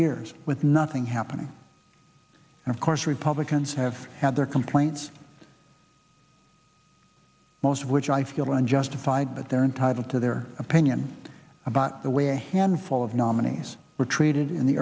years with nothing happening and of course republicans have had their complaints most of which i feel unjustified but they're entitled to their opinion about the where handful of nominees were traded in the